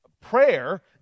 Prayer